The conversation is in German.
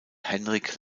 henrik